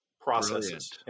processes